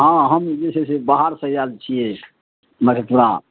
हाँ हम जे छै से बाहरसँ आएल छियै मधेपुरा